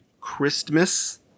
christmas